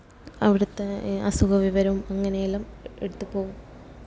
അവിടുത്തെ അസുഖവിവരവും അങ്ങനെയെല്ലാം എടുത്തു പോകും